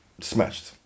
smashed